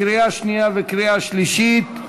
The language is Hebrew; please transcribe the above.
קריאה שנייה וקריאה שלישית.